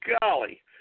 golly